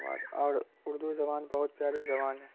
بعد اور اردو زبان بہت پیاری زبان ہے